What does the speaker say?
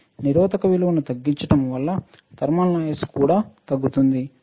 నిరోధక విలువను తగ్గించడం వల్ల థర్మల్ నాయిస్ కూడా తగ్గుతుంది